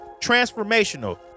transformational